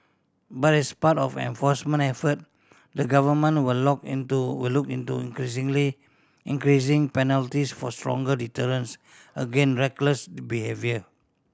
but as part of enforcement effort the government will lock into will look into increasingly increasing penalties for stronger deterrence against reckless D behaviour